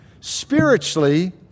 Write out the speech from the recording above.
spiritually